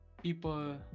People